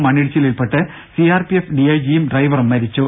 മണ്ണിടിച്ചിലിൽപ്പെട്ട് C R P F D I ജിയും ഡ്രൈവറും മരിച്ചു